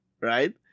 right